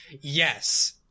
Yes